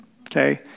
okay